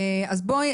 אז בואי,